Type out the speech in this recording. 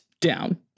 down